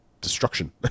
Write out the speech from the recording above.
destruction